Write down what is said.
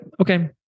okay